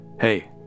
Hey